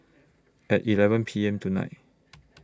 At eleven P M tonight